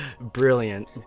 Brilliant